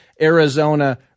Arizona